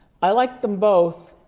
i like them both.